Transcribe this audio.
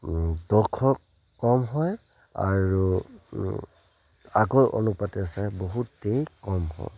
দৰ্শক কম হয় আৰু আগৰ অনুপাতে সঁচাই বহুতেই কম হয়